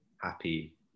happy